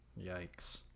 Yikes